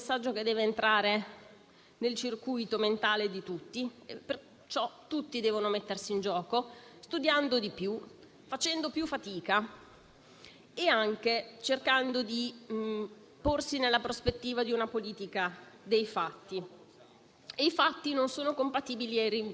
Questo decreto-legge poteva trovare delle soluzioni, ma non ha voluto trovarle. Era piuttosto semplice trovarle, perché, come ha detto il collega Steger, questa è già una *in house*, dotata di capacità di investimento importante e indispensabile in questa fase, e basta solo lasciarla proseguire